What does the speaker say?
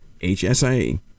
HSA